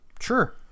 Sure